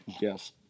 Yes